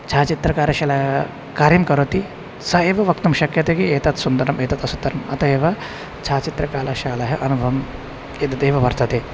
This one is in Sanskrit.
छायाचित्रकार्यशालायाः कार्यं करोति सः एव वक्तुं शक्यते कि एतत् सुन्दरम् एतत् असुन्दरम् अतः एव छायाचित्रकार्यशालाः अनुभवम् एतदेव वर्तते